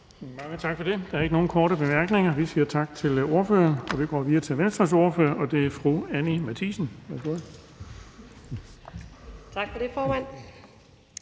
Mange tak for det. Der er ikke nogen korte bemærkninger. Vi siger tak til ordføreren, og vi går videre til Venstres ordfører. Det er fru Anni Matthiesen. Værsgo.